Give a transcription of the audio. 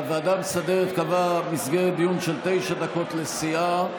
הוועדה המסדרת קבעה מסגרת דיון של תשע דקות לסיעה,